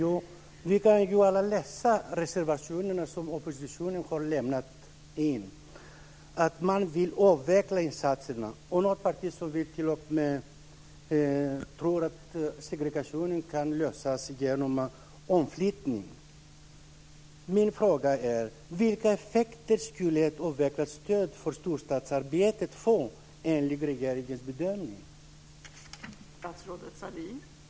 Fru talman! Vi kan alla läsa de reservationer som oppositionen har skrivit. Man vill avveckla insatserna. Och något parti tror t.o.m. att man kan lösa problemen med segregationen genom omflyttning. Min fråga är: